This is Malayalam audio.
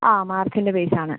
ആ മാർക്കിൻ്റെ ബേസ് ആണ്